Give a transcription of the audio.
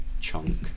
chunk